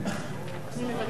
אני מוותר לו.